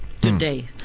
today